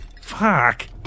Fuck